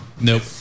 Nope